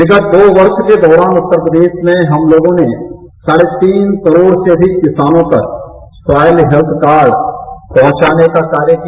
विगत दो वर्ष के दौरान उत्तर प्रदेश में हम लोगों ने साढ़े तीन करोड़ से अधिक किसान तक सॉइल हेल्थ कार्ड पहुंचाने का कार्य किया